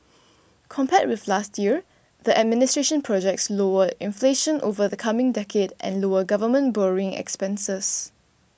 compared with last year the administration projects lower inflation over the coming decade and lower government borrowing expenses